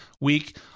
week